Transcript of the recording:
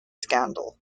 scandal